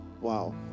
wow